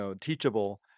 teachable